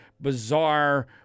bizarre